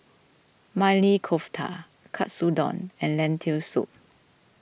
Maili Kofta Katsudon and Lentil Soup